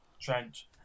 Trench